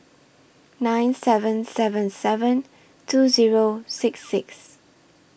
nine seven seven seven two Zero six six